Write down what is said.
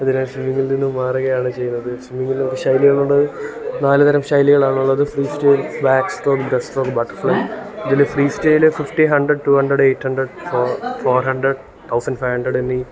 അതിന് ശേഷം സ്വിമ്മിങ്ങിൽ നിന്ന് മാറുകയാണ് ചെയ്യുന്നത് സ്വിമ്മിങ്ങിന് ഒരു ശൈലികളുണ്ട് നാല് തരം ശൈലികളാണുള്ളത് freestyle backstroke breaststroke butterfly ഇതിൽ freestyle fifty hundred two hundred eight hundred four four hundred thousand five hundred എന്നീ